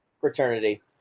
Fraternity